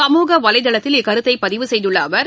சமூக வலைதளத்தில் இக்கருத்தைபதிவு செய்துள்ளஅவர்